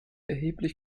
erheblich